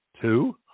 Two